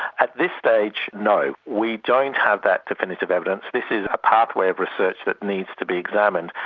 at this stage no, we don't have that definitive evidence. this is a pathway of research that needs to be examined,